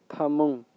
ꯐꯃꯨꯡ